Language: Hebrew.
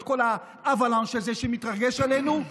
כל האוולאנש הזה שמתרגש עלינו,